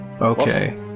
Okay